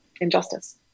injustice